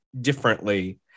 differently